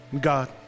God